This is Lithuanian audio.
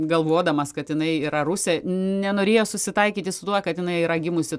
galvodamas kad jinai yra rusė nenorėjo susitaikyti su tuo kad jinai yra gimusi